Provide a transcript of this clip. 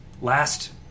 Last